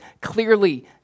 clearly